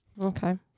Okay